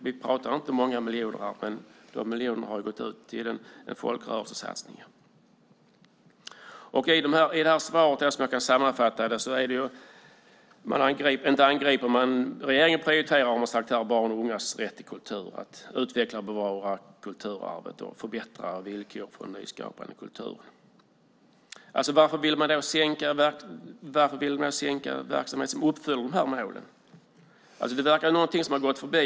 Vi pratar inte om många miljoner, men de miljonerna har gått ut till en folkrörelsesatsning. I svaret säger man att regeringen prioriterar barns och ungas rätt till kultur, att utveckla och bevara kulturarvet och förbättra villkoren för en nyskapande kultur. Varför vill man då sänka verksamhet som uppfyller de målen? Det är något som har gått förbi.